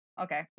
okay